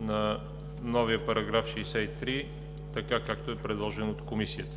на новия § 63 така, както е предложен от Комисията.